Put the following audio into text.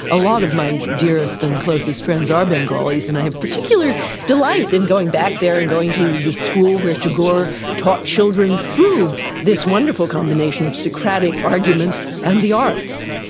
a lot of my dearest and closest friends are bengalis and i have particular delight in going back there and going to the school where tagore taught children through this wonderful combination of socratic argument and the arts.